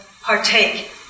partake